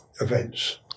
events